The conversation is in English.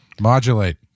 Modulate